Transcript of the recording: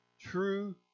True